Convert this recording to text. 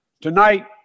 Tonight